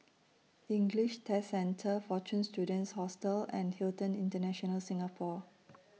English Test Centre Fortune Students Hostel and Hilton International Singapore